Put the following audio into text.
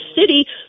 city